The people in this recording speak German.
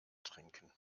trinken